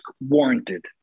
warranted